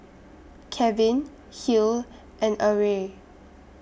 Kevin Hill and Arie